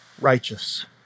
righteous